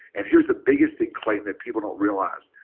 and here's the biggest thing, clayton, that people don't realize.